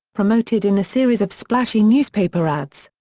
promoted in a series of splashy newspaper ads.